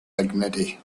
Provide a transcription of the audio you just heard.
dignity